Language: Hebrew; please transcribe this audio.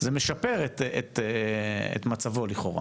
זה משפר את מצבו לכאורה